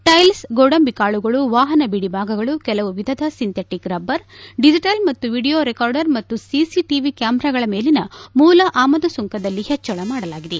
ಟ್ಟೆಲ್ಸ್ ಗೋಡಂಬಿ ಕಾಳುಗಳು ವಾಹನ ಬಿಡಿ ಭಾಗಗಳು ಕೆಲವು ವಿಧದ ಸಿಂಥೆಟಿಕ್ ರಬ್ಬರ್ ಡಿಜಿಟಲ್ ಮತ್ತು ವಿಡಿಯೋ ರೆಕಾರ್ಡರ್ ಮತ್ತು ಸಿಸಿಟಿವಿ ಕ್ಯಾಮೆರಾಗಳ ಮೇಲಿನ ಮೂಲ ಆಮದು ಸುಂಕದಲ್ಲಿ ಹೆಚ್ಚಳ ಮಾಡಲಾಗಿದೆ